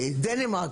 דנמרק,